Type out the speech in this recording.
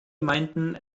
meinten